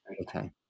Okay